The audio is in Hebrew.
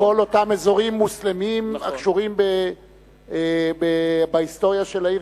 וכל אותם אזורים מוסלמיים הקשורים להיסטוריה של העיר